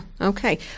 okay